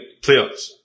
playoffs